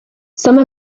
some